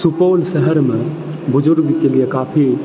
सुपौल शहरमे बुजुर्गके लिए काफी